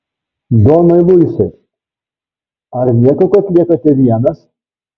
donai luisai ar nieko kad liekate vienas